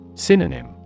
Synonym